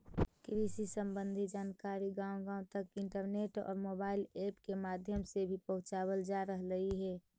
कृषि संबंधी जानकारी गांव गांव तक इंटरनेट और मोबाइल ऐप के माध्यम से भी पहुंचावल जा रहलई हे